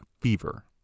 Fever